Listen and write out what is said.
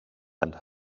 and